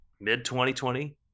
mid-2020